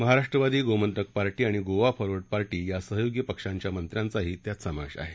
Maharashtrawadi Gomantak party आणि Goa forward party या सहयोगी पक्षांच्या मंत्र्यांचाही त्यात समावेश आहे